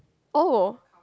oh